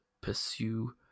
pursue